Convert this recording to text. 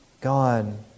God